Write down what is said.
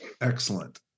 Excellent